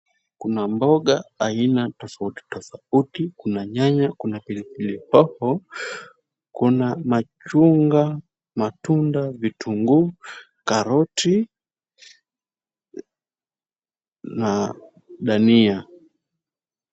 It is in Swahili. Kuna mboga aina tofauti tofauti; kuna nyanya, kuna pilipili hoho, kuna machungwa, matunda, vitungu, karoti na dania.